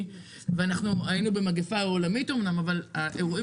אומנם היינו במגפה עולמית אבל האירועים